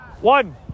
One